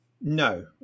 no